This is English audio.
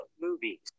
movies